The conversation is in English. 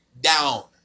down